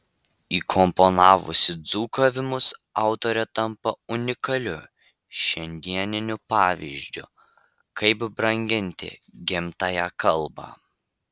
įkomponavusi dzūkavimus autorė tampa unikaliu šiandieniniu pavyzdžiu kaip branginti gimtąją kalbą